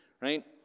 right